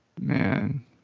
Man